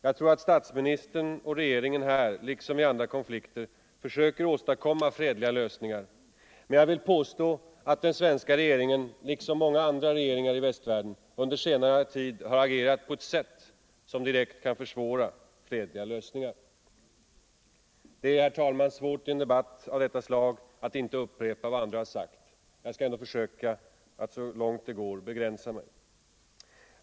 Jag tror att statsministern och regeringen här, liksom i andra konflikter, försöker åstadkomma fredliga lösningar. Men jag vill påstå att den svenska regeringen — liksom många andra regeringar i västvärlden — under senare tid har agerat på ett sätt som direkt kan försvåra fredliga lösningar. Det är, herr talman, svårt att i en debatt av detta slag inte upprepa vad andra har sagt. Jag skall ändå försöka att så långt det går begränsa mig.